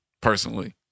personally